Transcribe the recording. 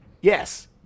Yes